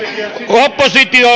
oppositio